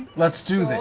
let's do